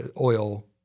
oil